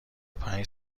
پنج